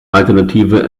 alternative